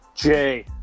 Jay